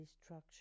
structure